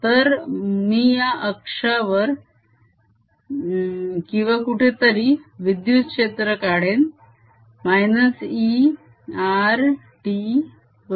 तर मी या अक्षावर किंवा कुठेतरी विद्युत क्षेत्र काढेन -E r t बरोबर